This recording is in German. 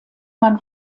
man